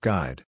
Guide